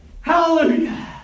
Hallelujah